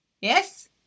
yes